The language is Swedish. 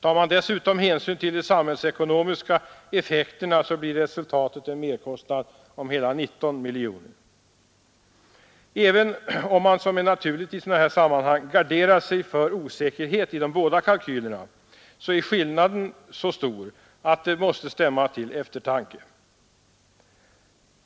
Tar man dessutom hänsyn till de samhällsekonomiska effekterna, blir resultatet en merkostnad på hela 19 miljoner kronor. Även om man, som är naturligt i sådana här sammanhang, garderar sig för osäkerhet i båda kalkylerna, är skillnaden så stor att den måste stämma till eftertanke.